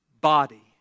body